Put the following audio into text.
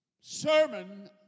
sermon